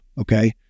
okay